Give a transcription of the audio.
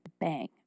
bang